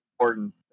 important